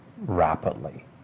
rapidly